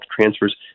transfers